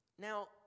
Now